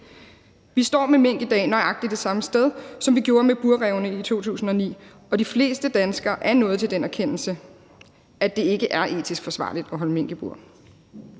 Vi står med mink i dag nøjagtig det samme sted, som vi gjorde med burrævene i 2009. De fleste danskere er nået til den erkendelse, at det ikke er etisk forsvarligt at holde mink i bur.